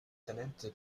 tenente